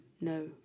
no